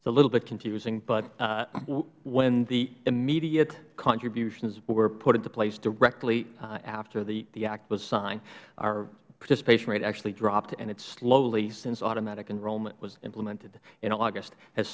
it's a little bit confusing but when the immediate contributions were put into place directly after the act was signed our participation rate actually dropped and it slowly since automatic enrollment was implemented in august has